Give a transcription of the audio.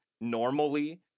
normally